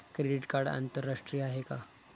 Credit card आंतरराष्ट्रीय आहे का?